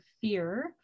fear